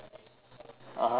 (uh huh) and then